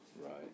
right